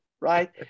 right